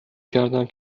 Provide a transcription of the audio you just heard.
کردم